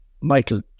Michael